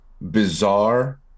bizarre